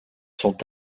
sont